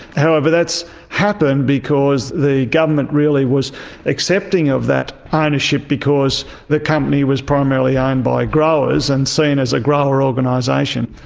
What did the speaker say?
however, that's happened because the government really was accepting of that ah ownership because the company was primarily owned by growers and seen as a grower organisation.